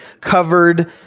covered